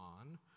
on